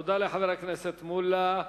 תודה לחבר הכנסת מולה.